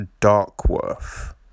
Darkworth